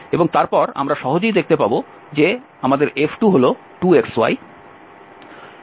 এবং তারপর আমরা সহজেই দেখতে পাব যে আমাদের F2হল 2 x y